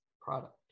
product